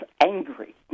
angry